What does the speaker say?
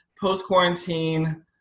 post-quarantine